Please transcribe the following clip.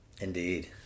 Indeed